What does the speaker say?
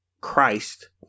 Christ